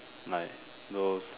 like those